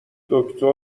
دکتر